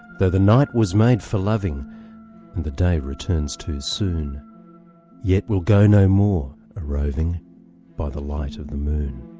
the the night was made for loving and the day returns too soon yet we'll go no more a-roving by the light of the moon.